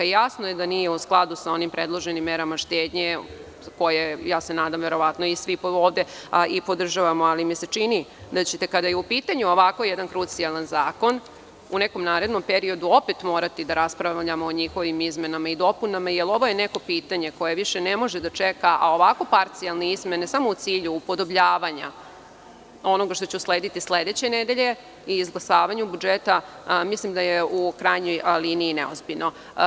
Jasno je da nije u skladu sa onim predloženim merama štednje koje, svi mi ovde i ja podržavam, ali mi se čini da kada je u pitanju ovako jedan krucijalan zakon u nekom narednom periodu opet morati da raspravljamo o njihovim izmenama i dopunama, jer ovo je neko pitanje koje više ne može da čeka, a ovako parcijalne izmene samo u cilju upodobljavanja onoga što će uslediti sledeće nedelje i izglasavanju budžeta mislim da je u krajnjoj liniji neozbiljno.